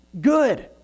good